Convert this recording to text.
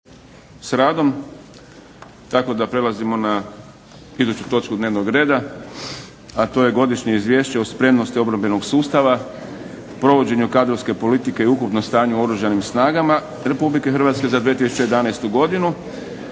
s radom tako da prelazimo na iduću točku dnevnog reda, a to je - Godišnje izvješće o spremnosti obrambenog sustava, provođenju kadrovske politike i ukupnom stanju u Oružanim snagama Republike Hrvatske za 2011. godinu,